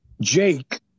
Jake